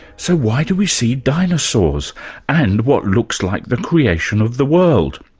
so why do we see dinosaurs and what looks like the creation of the world?